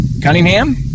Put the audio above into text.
Cunningham